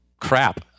crap